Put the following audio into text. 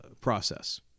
process